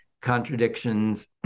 contradictions